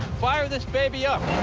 fire this baby up.